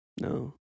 No